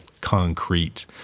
concrete